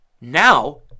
now